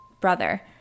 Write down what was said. brother